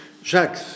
Jacques